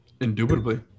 Indubitably